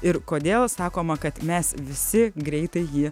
ir kodėl sakoma kad mes visi greitai jį